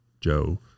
Joe